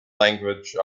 language